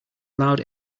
loud